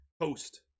host